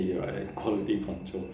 right quality control